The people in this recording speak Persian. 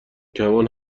کمان